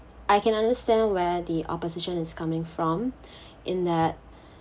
I can understand where the opposition is coming from in that